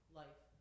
life